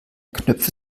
knöpfe